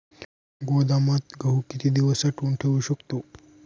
गोदामात गहू किती दिवस साठवून ठेवू शकतो?